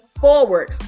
forward